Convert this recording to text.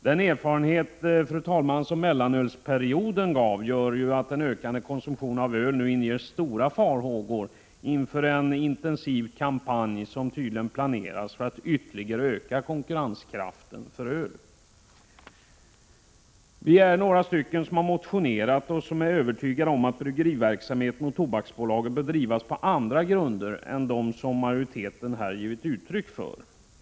Den erfarenhet som mellanölsperioden gav gör att en ökad konsumtion av öl inger stora farhågor inför den intensiva kampanj som tydligen planeras för att ytterligare öka konkurrenskraften beträffande öl. Vi är några stycken som har motionerat och är övertygade om att bryggeriverksamheten och Tobaksbolaget bör drivas på andra grunder än dem som majoriteten har uttalat sig för.